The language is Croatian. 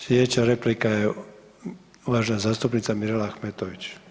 Slijedeća replika je uvažena zastupnica Mirela Ahmetović.